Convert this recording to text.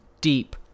Deep